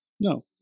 No